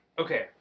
Okay